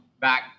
back